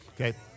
okay